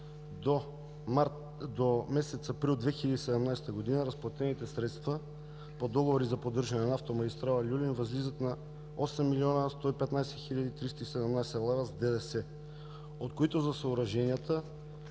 до месец април 2017 г. разплатените средства по договори за поддържане на автомагистрала „Люлин“ възлизат на 8 млн. 115 хил. 317 лв. с ДДС, от които за съоръженията,